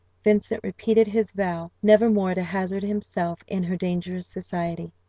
vincent repeated his vow never more to hazard himself in her dangerous society.